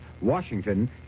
Washington